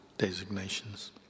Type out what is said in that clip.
Designations